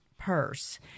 purse